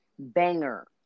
Banger